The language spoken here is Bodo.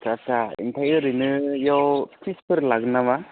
आदसा आदसा ओमफाय ओरैनि इयाव फिसफोर लागोन नामा